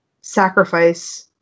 sacrifice